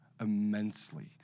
immensely